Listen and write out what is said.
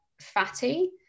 fatty